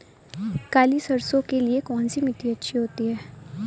काली सरसो के लिए कौन सी मिट्टी अच्छी होती है?